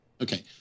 Okay